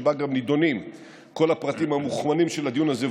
ובה גם נדונים כל הפרטים המוכמנים של הדיון הזה,